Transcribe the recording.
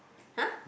!huh!